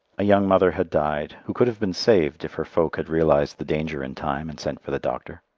a young mother had died who could have been saved if her folk had realized the danger in time and sent for the doctor.